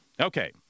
Okay